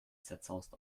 zerzaust